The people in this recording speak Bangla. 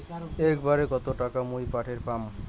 একবারে কত টাকা মুই পাঠের পাম?